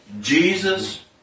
Jesus